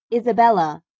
Isabella